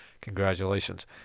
Congratulations